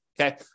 Okay